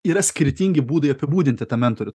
yra skirtingi būdai apibūdinti tą mentorių